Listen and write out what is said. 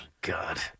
God